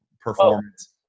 performance